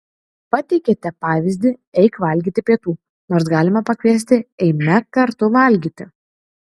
pateikiate pavyzdį eik valgyti pietų nors galima pakviesti eime kartu valgyti